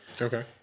Okay